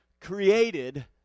created